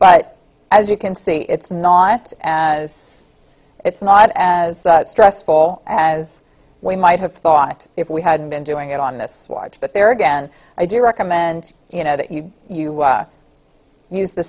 but as you can see it's not as it's not as stressful as we might have thought if we hadn't been doing it on this watch but there again i do recommend you know that you